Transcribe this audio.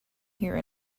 here